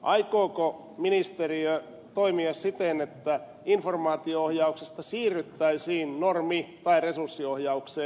aikooko ministeriö toimia siten että informaatio ohjauksesta siirryttäisiin normi tai resurssiohjaukseen